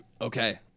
Okay